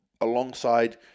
alongside